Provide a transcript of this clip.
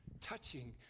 touching